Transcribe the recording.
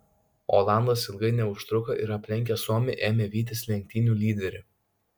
olandas ilgai neužtruko ir aplenkęs suomį ėmė vytis lenktynių lyderį